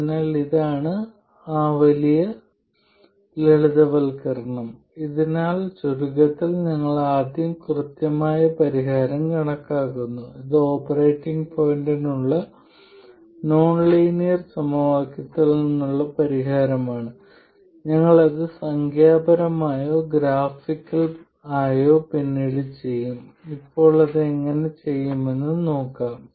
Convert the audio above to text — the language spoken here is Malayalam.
അതിനാൽ ഇതാണ് വലിയ ലളിതവൽക്കരണം അതിനാൽ ചുരുക്കത്തിൽ ഞങ്ങൾ ആദ്യം കൃത്യമായ പരിഹാരം കണക്കാക്കുന്നു അത് ഓപ്പറേറ്റിംഗ് പോയിന്റിനുള്ള നോൺലീനിയർ സമവാക്യത്തിൽ നിന്നുള്ള പരിഹാരമാണ് ഞങ്ങൾ അത് സംഖ്യാപരമായോ ഗ്രാഫിക്കലായോ പിന്നീട് ചെയ്യും അത് എങ്ങനെ കൈകൊണ്ട് ചെയ്യാമെന്ന് നോക്കാം